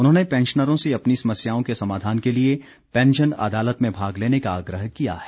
उन्होंने पैंशनरों से अपनी समस्याओं के समाधान के लिए पैंशन अदालत में भाग लेने का आग्रह किया है